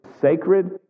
sacred